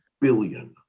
billion